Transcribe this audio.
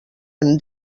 hem